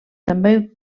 també